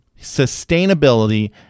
sustainability